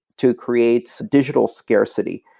to create digital scarcity.